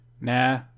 Nah